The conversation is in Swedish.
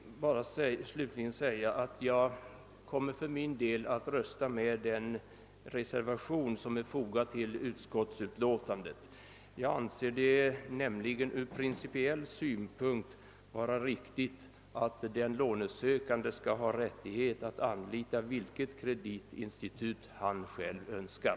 Jag kommer för min del att rösta för den reservation som är fogad till utlåtandet. Jag anser det nämligen ur principiell synpunkt vara riktigt att den 1lånesökande skall ha rätt att anlita det kreditinstitut som han själv önskar.